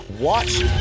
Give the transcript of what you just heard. watch